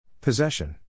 Possession